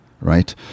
right